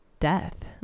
death